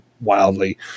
wildly